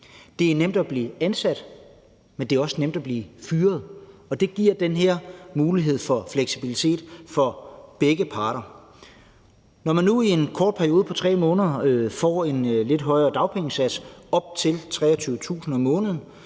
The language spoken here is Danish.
Det er nemt at blive ansat, men det er også nemt at blive fyret, og det giver den her mulighed for fleksibilitet for begge parter. Når man nu i en kort periode på 3 måneder får en lidt højere dagpengesats, op til 23.000 kr. om måneden